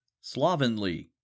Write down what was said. slovenly